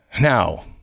Now